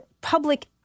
public –